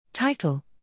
Title